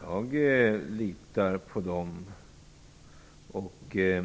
Herr talman! Jag litar på dem.